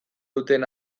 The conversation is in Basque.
duten